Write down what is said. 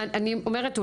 אני אומרת,